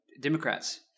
Democrats